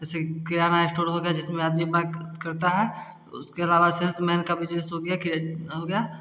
जैसे किराना स्टोर हो गया जिसमें आदमी अपना करता है उसके अलावा सेल्समैन का बिजनेस हो गया के हो गया